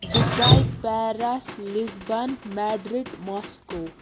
Dubai Paris Lisbon Madrid Moscow